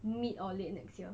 mid or late next year